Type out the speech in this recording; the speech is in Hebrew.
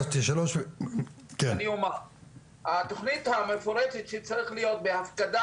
שאמורה להיות בעצם להיות אמונה על התכנון על פי ההסכם והחלטת